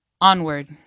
onward